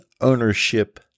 ownership